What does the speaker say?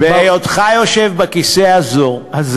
בהיותך יושב בכיסא הזה,